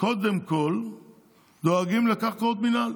קודם כול דואגות לקרקעות המינהל.